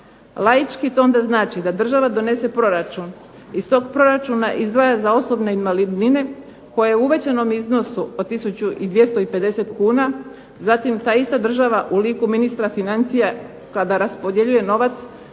Laički to onda znači da država donese proračun, iz tog proračuna izdvaja za osobne invalidnine, koje je u uvećanom iznosu po tisuću i 250 kuna, zatim ta ista država u liku ministra financija kada raspodjeljuje novac